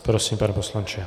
Prosím, pane poslanče.